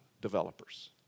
developers